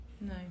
No